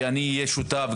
ואני אהיה שותף.